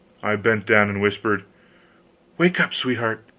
i bent down and whispered wake up, sweetheart!